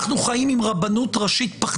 אנחנו חיים עם רבנות פחדנית.